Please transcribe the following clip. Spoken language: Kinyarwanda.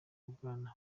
bwana